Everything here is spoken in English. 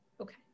Okay